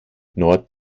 nord